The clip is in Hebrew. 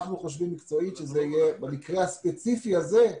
אנחנו חושבים מקצועית שבמקרה הספציפי הזה,